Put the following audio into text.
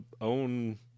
own